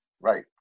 Right